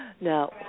Now